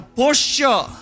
posture